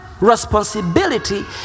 responsibility